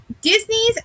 disney's